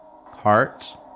hearts